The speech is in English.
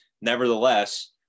Nevertheless